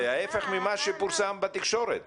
זה ההפך ממה שפורסם בתקשורת.